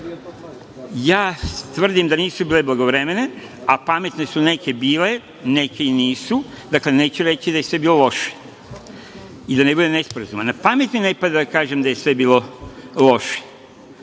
Tvrdim da nisu bile blagovremene, a pametne su neke bile, neke i nisu. Dakle, neću reći da je sve bilo loše. Da ne bude nesporazuma, napamet mi ne pada da kažem što je bilo sve